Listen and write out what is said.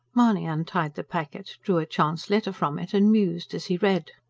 mahony untied the packet, drew a chance letter from it and mused as he read.